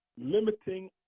limiting